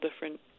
different